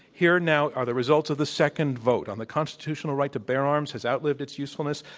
here now are the results of the second vote. on the constitutional right to bear arms has outlived its usefulness,